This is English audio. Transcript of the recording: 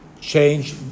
change